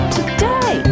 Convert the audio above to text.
Today